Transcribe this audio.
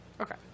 Okay